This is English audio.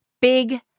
big